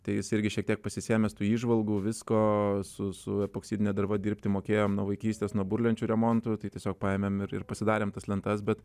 tai jis irgi šiek tiek pasisėmęs tų įžvalgų visko su su epoksidine derva dirbti mokėjom nuo vaikystės nuo burlenčių remontų tai tiesiog paėmėm ir pasidarėm tas lentas bet